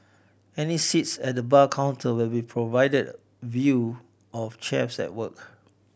any seats at the bar counter will be provided view of chefs at work